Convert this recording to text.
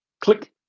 Click